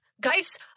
guys